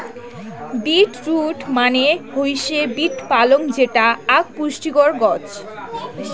beet root মানে হৈসে beet পালং যেটা আক পুষ্টিকর গছ